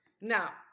Now